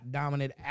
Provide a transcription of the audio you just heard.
dominant